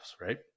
right